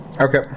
okay